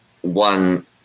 one